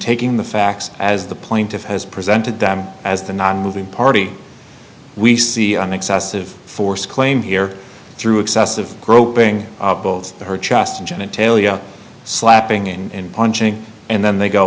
taking the facts as the plaintiff has presented them as the nonmoving party we see an excessive force claim here through excessive groping both her chest genitalia slapping in punching and then they go